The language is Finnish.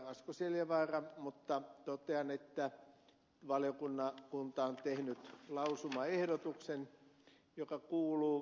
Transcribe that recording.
asko seljavaara mutta totean että valiokunta on tehnyt lausumaehdotuksen joka kuuluu